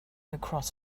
across